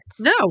No